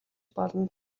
болно